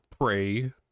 pray